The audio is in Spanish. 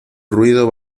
ruido